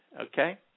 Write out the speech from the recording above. okay